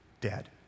dead